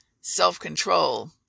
self-control